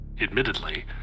admittedly